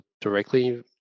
directly